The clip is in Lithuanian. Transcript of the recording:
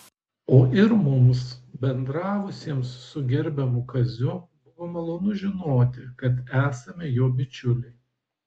o ir mums bendravusiems su gerbiamu kaziu buvo malonu žinoti kad esame jo bičiuliai